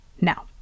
Now